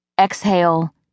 Exhale